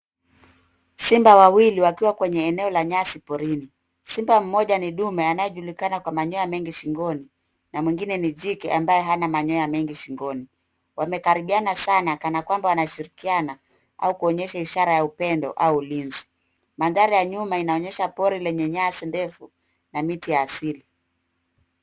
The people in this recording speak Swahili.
Simba wawili wakiwa kwenye eneo la nyasi porini. Simba mmoja ni dume anayejulikana kwa manyoya mengi shingoni na mwingine ni jike ambaye hana manyoya mengi shingoni. Wanakaribiana sana kana kwamba wanashirikiana au kuonyesha ishara ya upendo au ulinzi. Mandhari ya nyuma inaonyesha pori lenye nyasi ndefu na miti ya asili.